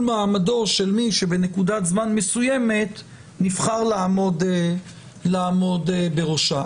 מעמדו של מי שבנקודת זמן מסוימת נבחר לעמוד בראשה.